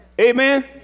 amen